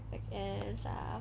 I guess lah